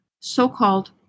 so-called